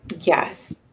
Yes